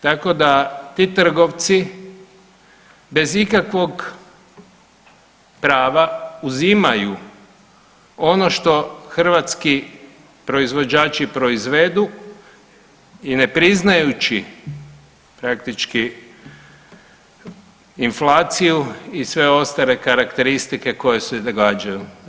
Tako da ti trgovci bez ikakvog prava uzimaju ono što hrvatski proizvođači proizvedu i ne priznajući praktički inflaciju i sve ostale karakteristike koje se događaju.